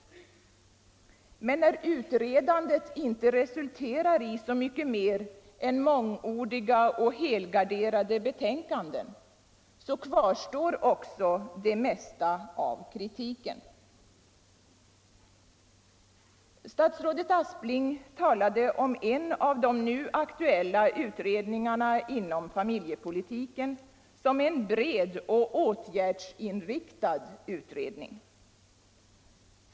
Men när utredandet inte resulterar i så mycket mer än mångordiga och helgarderade betänkanden, så kvarstår också det mesta av kritiken. Statsrådet Aspling talade om en av de nu aktuella utredningarna inom familjepolitiken som en bred och åtgärdsinriktad utredning.